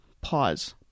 pause